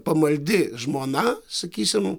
pamaldi žmona sakysim